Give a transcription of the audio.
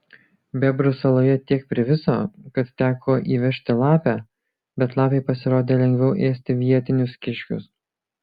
bebrų saloje tiek priviso kad teko įvežti lapę bet lapei pasirodė lengviau ėsti vietinius kiškius